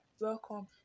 welcome